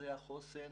מרכזי החוסן